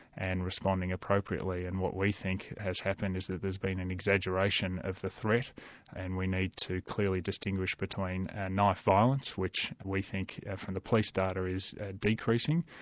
and responding appropriately. and what we think has happened is that there's been an exaggeration of the threat and we need to clearly distinguish between and knife violence, which we think from the police data is decreasing,